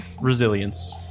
Resilience